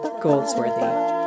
Goldsworthy